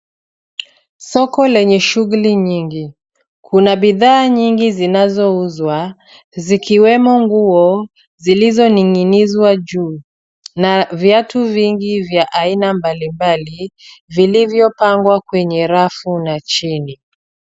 Soko lenye shughuli nyingi. Kuna bidhaa nyingi zinazouzwa zikiwemo nguo zilizoning'inizwa juu na viatu vingi vya aina mbalimbali vilivyopangwa kwenye rafu na chini.